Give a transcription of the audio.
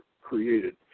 created